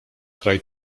kraj